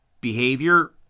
behavior